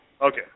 Okay